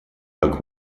так